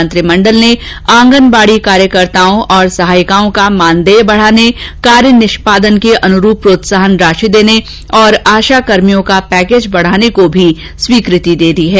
मंत्रिमण्डल ने आंगनबाडी कार्यकर्ताओं और सहायिकाओं का मानदेय बढाने कार्य निष्मादन के अनुरूप प्रोत्साहन राशि देने और आशा कर्मियों का पैकेज बढाने को भी स्वीकृति दे दी है